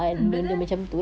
hmm betul